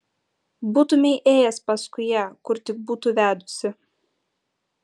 būtumei ėjęs paskui ją kur tik būtų vedusi